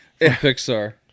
Pixar